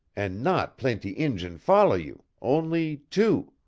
and not plaintee injun follow you, onlee two.